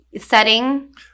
setting